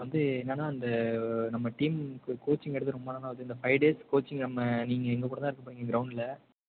வந்து என்னென்னா அந்த நம்ம டீமுக்கு கோச்சிங் எடுத்து ரொம்ப நாள் ஆகுது இந்த ஃபை டேஸ் கோச்சிங் நம்ம நீங்கள் எங்கக்கூட தான் இருக்கப் போகிறீங்க க்ரௌண்ட்டில்